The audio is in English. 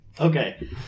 Okay